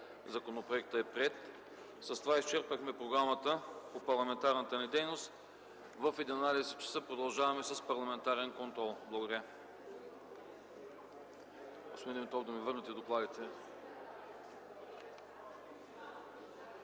Законопроектът е приет. С това изчерпахме програмата по парламентарната ни дейност. В 11,00 ч. продължаваме с парламентарен контрол. Благодаря.